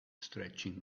stretching